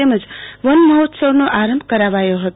તમજ વનમહોત્સવન આરંભ કરાયો હતો